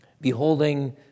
beholding